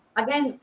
again